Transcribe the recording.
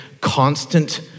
constant